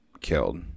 killed